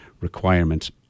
requirements